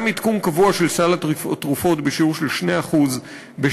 גם עדכון קבוע של סל התרופות בשיעור של 2% בשנה,